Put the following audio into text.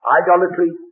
idolatry